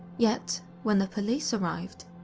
yet, when the police arrived,